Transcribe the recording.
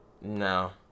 No